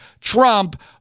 Trump